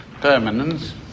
permanence